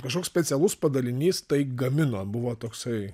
kažkoks specialus padalinys tai gamino buvo toksai